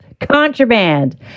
contraband